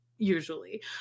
Usually